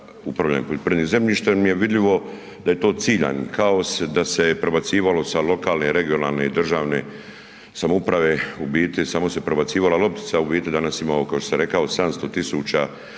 upravljanje poljoprivrednim zemljištem je vidljivo da je to ciljani kaos, da se prebacivalo sa lokalne, regionalne, državne samouprave u biti samo se prebacivala loptica, u biti danas imamo kao što sam rekao, 700 000 ha